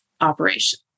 operation